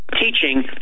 teaching